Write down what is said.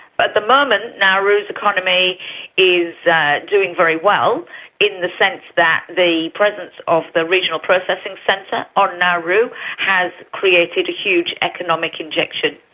but the moment nauru's economy is doing very well in the sense that the presence of the regional processing centre on nauru has created a huge economic injection,